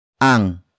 ang